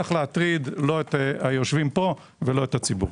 צריך להטריד את היושבים פה או את הציבור.